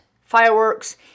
fireworks